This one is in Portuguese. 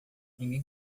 ninguém